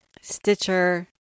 Stitcher